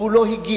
והוא לא הגיע.